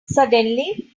suddenly